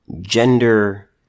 gender